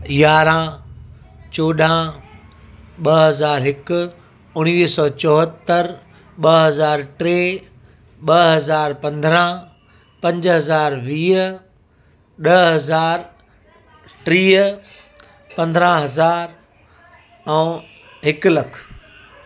यारहां चोॾहां ॿ हज़ार हिकु उणिवीह सौ चोहतरि ॿ हज़ार टे ॿ हज़ार पंदरहां पंज हज़ार वीह ॾह हज़ार टीह पंदरहां हज़ार ऐं हिकु लखु